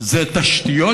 בתשתיות,